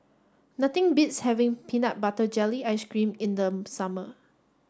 nothing beats having peanut butter jelly ice cream in the summer